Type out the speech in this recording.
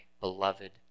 beloved